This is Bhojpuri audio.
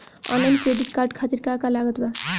आनलाइन क्रेडिट कार्ड खातिर का का लागत बा?